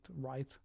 right